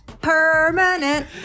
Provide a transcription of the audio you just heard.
permanent